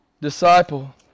disciple